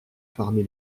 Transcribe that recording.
parmi